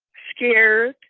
scared